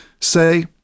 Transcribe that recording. say